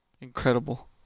incredible